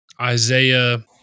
isaiah